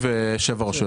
67 רשויות